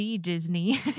Disney